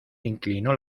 inclinó